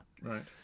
Right